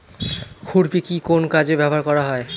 খুরপি কি কোন কাজে ব্যবহার করা হয়?